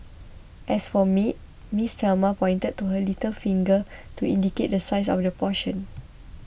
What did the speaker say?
as for meat Miss Thelma pointed to her little finger to indicate the size of the portion